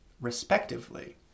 respectively